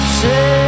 say